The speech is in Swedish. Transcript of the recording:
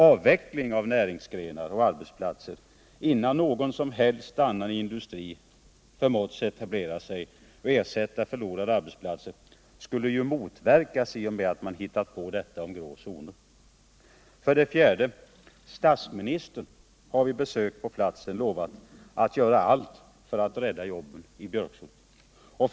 Avveckling av näringsgrenar och arbetsplatser innan någon som helst annan industri förmåtts etablera sig och ersätta förlorade arbetsplatser skulle ju motverkas i och med att man hittat på detta om grå zoner. För det fjärde: Statsministern har vid besök på platsen lovat att göra allt för att rädda jobben i Björkshult.